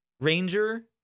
ranger